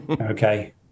okay